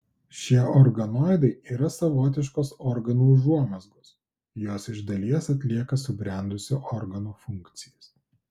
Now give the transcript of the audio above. šie organoidai yra savotiškos organų užuomazgos jos iš dalies atlieka subrendusio organo funkcijas